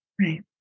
Right